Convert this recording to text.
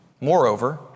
Moreover